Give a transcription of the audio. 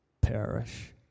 perish